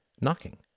knocking